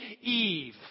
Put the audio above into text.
Eve